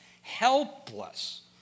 helpless